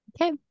okay